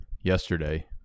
yesterday